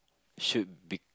should be